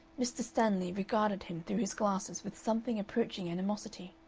mr. stanley regarded him through his glasses with something approaching animosity.